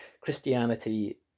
Christianity